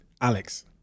Alex